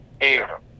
Air